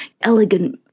elegant